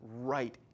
right